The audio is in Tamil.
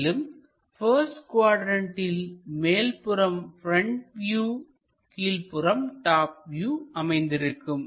மேலும் பஸ்ட் குவாட்ரண்ட்டில் மேல்புறம் ப்ரெண்ட் வியூ கீழ்ப்புறம் டாப் வியூ அமைந்திருக்கும்